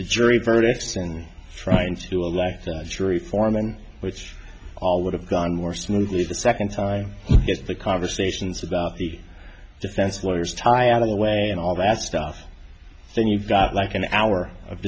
the jury verdicts and trying to a jury foreman which all would have gone more smoothly the second time if the conversations about the defense lawyers tie out of the way and all that stuff then you've got like an hour of